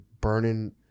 burning